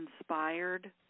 inspired